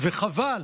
וחבל,